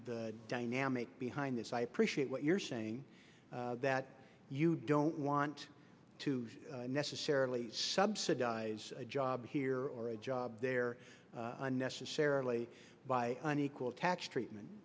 the dynamics behind this i appreciate what you're saying that you don't want to necessarily subsidize a job here or a job there unnecessarily by unequal catch treatment